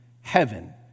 heaven